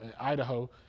Idaho